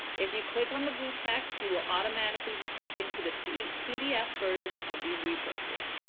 if you click on the blue text, you will automatically be taken to the pdf pdf versions of these resources.